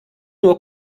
nur